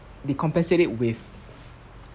they compensate it with